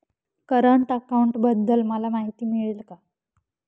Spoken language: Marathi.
करंट अकाउंटबद्दल मला माहिती मिळेल का?